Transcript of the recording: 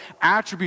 attributes